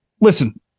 listen